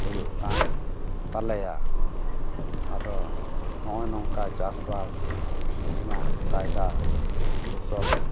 ᱦᱩᱭᱩᱜ ᱠᱟᱱ ᱛᱟᱞᱮᱭᱟ ᱟᱫᱚ ᱱᱚᱜᱼᱚᱭ ᱱᱚᱝᱠᱟ ᱪᱟᱥᱵᱟᱥ ᱤᱧᱟᱹᱜ ᱠᱟᱭᱫᱟ ᱠᱳᱣᱥᱚᱞ